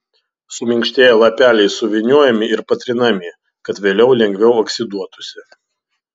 suminkštėję lapeliai suvyniojami ir patrinami kad vėliau lengviau oksiduotųsi